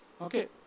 Okay